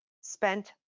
spent